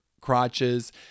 crotches